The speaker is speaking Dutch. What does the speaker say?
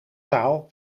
taal